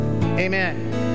Amen